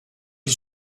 yıl